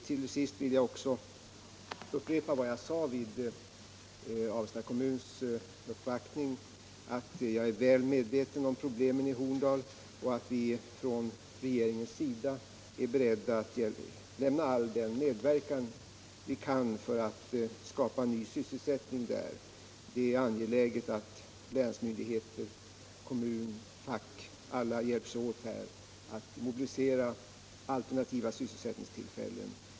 Till sist vill jag upprepa vad jag sade vid Avesta kommuns uppvaktning, att jag är väl medveten om problemen i Horndal och att vi från regeringens sida är beredda att lämna all den medverkan vi kan för att skapa en ny sysselsättning där. Det är angeläget att länsmyndigheter, kommun och fack hjälps åt för att mobilisera alternativa sysselsättningstillfällen.